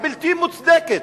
הבלתי-מוצדקת,